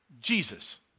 Jesus